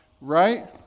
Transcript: right